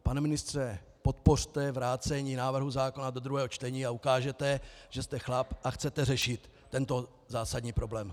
Pane ministře, podpořte vrácení návrhu zákona do druhého čtení a ukážete, že jste chlap a chcete řešit tento zásadní problém.